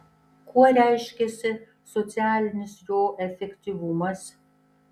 kuo reiškiasi socialinis jo efektyvumas